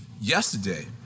yesterday